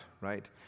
right